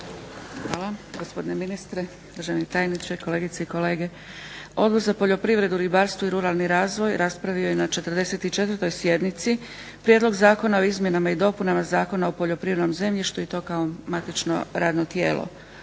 Hvala, gospodine ministre, državni tajniče, kolegice i kolege. Odbor za poljoprivredu, ribarstvo i ruralni razvoj raspravio je na 44. sjednici Prijedlog zakona o izmjenama i dopunama Zakona o poljoprivrednom zemljištu i to kao matično radno tijelo.